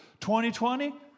2020